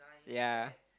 ya